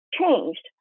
changed